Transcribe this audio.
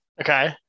Okay